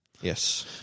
Yes